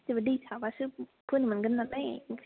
जेनेबा दै थाबासो फोनो मोनगोन नालाय